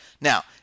Now